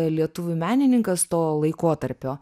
lietuvių menininkas to laikotarpio